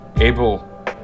able